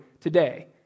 today